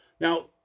Now